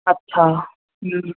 हा